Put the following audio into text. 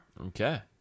Okay